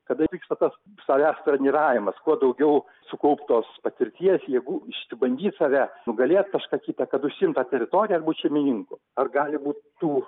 kada vyksta tas savęs treniravimas kuo daugiau sukauptos patirties jėgų išsibandyt save nugalėt kažką kitą kad užsiimt tą teritoriją ir būt šeimininku ar gali būt tų